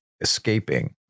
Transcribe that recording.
escaping